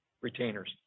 retainers